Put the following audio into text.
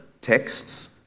texts